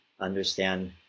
understand